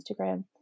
Instagram